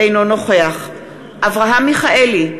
אינו נוכח אברהם מיכאלי,